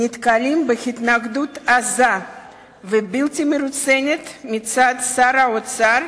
נתקלים בהתנגדות עזה ובלתי מרוסנת מצד שר האוצר,